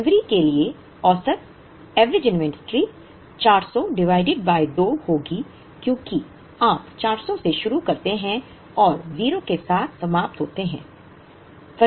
जनवरी के लिए औसत एवरेज इन्वेंट्री 400 डिवाइडेड बाय 2 होगी क्योंकि आप 400 से शुरू करते हैं और 0 के साथ समाप्त होते हैं